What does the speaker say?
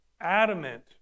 adamant